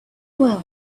word